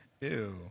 Ew